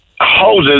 houses